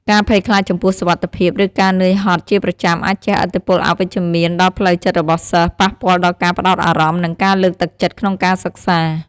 ការភ័យខ្លាចចំពោះសុវត្ថិភាព ឬការនឿយហត់ជាប្រចាំអាចជះឥទ្ធិពលអវិជ្ជមានដល់ផ្លូវចិត្តរបស់សិស្ស ប៉ះពាល់ដល់ការផ្តោតអារម្មណ៍ និងការលើកទឹកចិត្តក្នុងការសិក្សា។